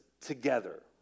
together